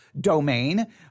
domain